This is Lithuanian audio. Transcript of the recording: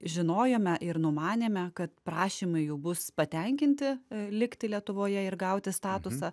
žinojome ir numanėme kad prašymai jų bus patenkinti likti lietuvoje ir gauti statusą